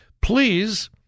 Please